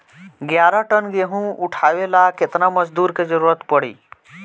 ग्यारह टन गेहूं उठावेला केतना मजदूर के जरुरत पूरी?